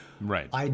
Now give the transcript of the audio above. Right